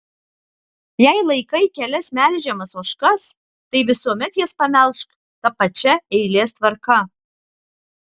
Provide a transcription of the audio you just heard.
jei laikai kelias melžiamas ožkas tai visuomet jas pamelžk ta pačia eilės tvarka